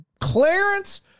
clarence